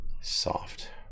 soft